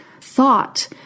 thought